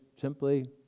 simply